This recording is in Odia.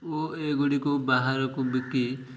ଓ ଏଗୁଡ଼ିକୁ ବାହାରକୁ ବିକି